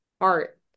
art